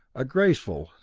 a graceful,